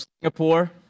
Singapore